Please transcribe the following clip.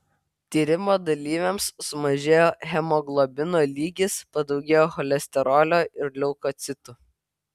tyrimo dalyviams sumažėjo hemoglobino lygis padaugėjo cholesterolio ir leukocitų